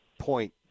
point